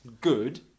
good